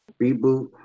Reboot